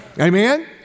Amen